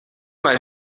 mal